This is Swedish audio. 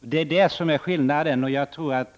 Det är här skillnaden i uppfattningar ligger.